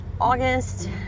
August